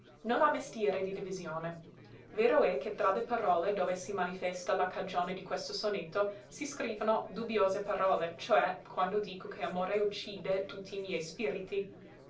non ha mestiere di divisione vero è che tra le parole dove si manifesta la cagione di questo sonetto si scrivono dubbiose parole cioè quando dico che amore uccide tutti li miei spiriti